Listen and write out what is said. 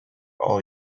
all